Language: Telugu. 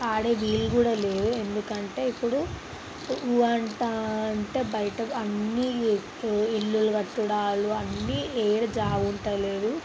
ఆడే వీలు కూడా లే ఎందుకంటే ఇప్పుడు ఊ అంట అంటే బయట అన్ని ఇల్లులు కట్టడాలు అన్ని ఏడ జాగ ఉంటలేదు